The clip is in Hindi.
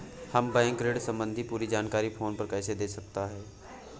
हमें बैंक ऋण संबंधी पूरी जानकारी फोन पर कैसे दे सकता है?